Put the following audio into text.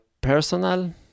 personal